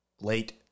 Late